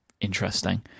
interesting